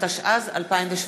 התשע"ז 2017,